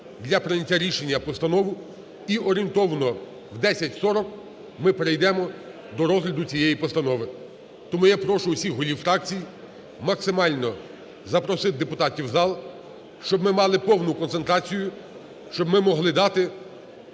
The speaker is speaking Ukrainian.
для прийняття рішення постанову, і орієнтовно в 10:40 ми перейдемо до розгляду цієї постанови. Тому я прошу усіх голів фракцій максимально запросити депутатів в зал, щоб ми мали повну концентрацію, щоб ми могли дати,